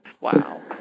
Wow